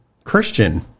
Christian